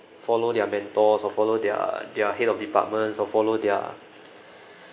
follow their mentors or follow their their head of departments or follow their